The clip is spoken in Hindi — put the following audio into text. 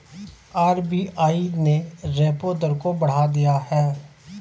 आर.बी.आई ने रेपो दर को बढ़ा दिया है